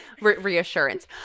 reassurance